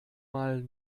mal